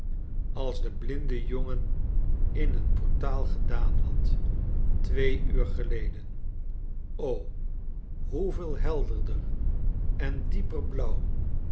als de blinde jongen in t portaal gedaan had twee uur geleden hoeveel helderder en dieper blauw